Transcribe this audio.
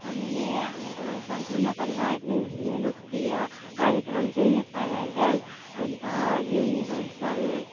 हामीले हाम्रो सम्पूर्ण परिवारले हेर्ने लोकप्रिय कार्यक्रम चाहिँ नेपाल आइडल अन्त युनिभर्सल